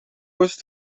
was